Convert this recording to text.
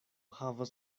havas